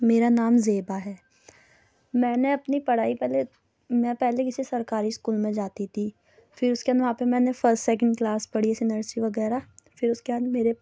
میرا نام زیبا ہے میں نے اپنی پڑھائی پہلے میں پہلے کسی سرکاری اسکول میں جاتی تھی پھر اُس کے بعد وہاں پہ میں نے فسٹ سیکنڈ کلاس پڑھی جیسے نرسری وغیرہ پھر اُس کے بعد میرے